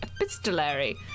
epistolary